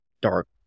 Dark